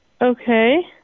Okay